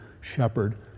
shepherd